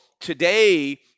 today